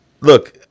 look –